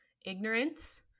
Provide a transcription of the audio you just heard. ignorance